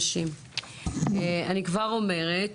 אני כבר אומרת,